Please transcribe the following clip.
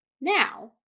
Now